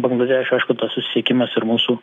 bangladešo aišku tas susisiekimas ir mūsų